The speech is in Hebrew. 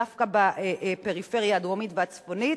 דווקא בפריפריה הדרומית והצפונית,